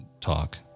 talk